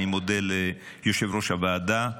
אני מודה ליושב-ראש הוועדה,